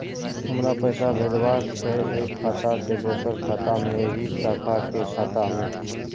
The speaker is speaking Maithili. हमरा पैसा भेजबाक छै एक खाता से दोसर खाता मे एहि शाखा के खाता मे?